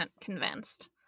convinced